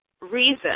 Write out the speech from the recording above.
reason